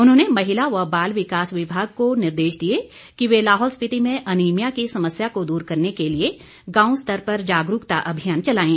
उन्होंने महिला व बाल विकास विभाग को निर्देश दिए कि वे लाहौल स्पिति में अनीमिया की समस्या को दूर करने के लिए गांव स्तर पर जागरूकता अभियान चलाएं